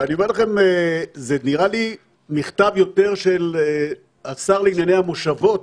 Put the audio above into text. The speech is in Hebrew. ואני אומר לכם שזה נראה לי מכתב יותר של השר לענייני המושבות